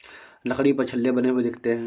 लकड़ी पर छल्ले बने हुए दिखते हैं